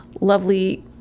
lovely